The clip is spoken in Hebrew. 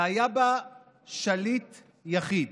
והיה בה שליט יחיד,